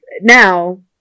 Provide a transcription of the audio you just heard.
Now